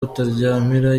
utaryamira